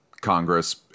Congress